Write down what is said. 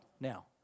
now